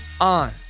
on